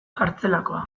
kartzelakoa